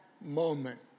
moment